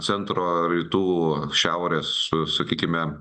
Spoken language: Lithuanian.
centro rytų šiaurės sakykime